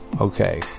Okay